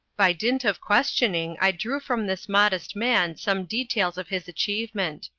by dint of questioning, i drew from this modest man some details of his achievement.